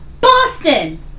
Boston